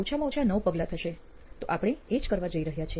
ઓછામાં ઓછા 9 પગલાં થશે તો આપણે એ જ કરવા જઈ રહ્યા છીએ